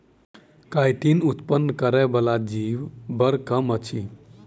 chitin उत्पन्न करय बला जीव बड़ कम अछि